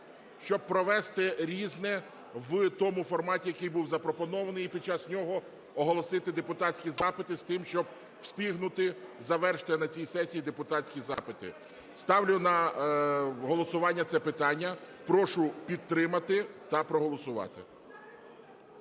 щоб провести "Різне" в тому форматі, який був запропонований, і під час нього оголосити депутатські запити з тим, щоб встигнути завершити на цій сесії депутатські запити. Ставлю на голосування це питання. Прошу підтримати та проголосувати.